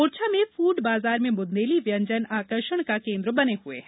ओरछा में फूड बाजार में बुंदेली व्यंजन आर्कषण का केन्द्र बने हुए हैं